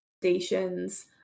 stations